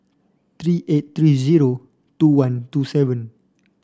three eight three zero two one two seven